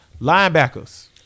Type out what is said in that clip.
Linebackers